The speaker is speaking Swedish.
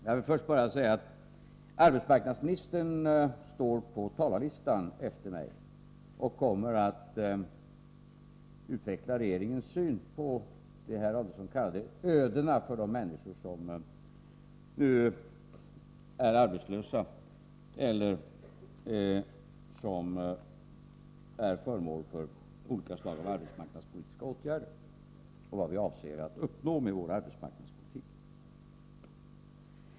Jag vill först säga att arbetsmarknadsministern står på talarlistan efter mig och kommer att utveckla regeringens syn på det herr Adelsohn kallade ödena för de människor som nu är arbetslösa eller som är föremål för olika slag av arbetsmarknadsåtgärder, och vad vi avser att uppnå med vår arbetsmarknadspolitik.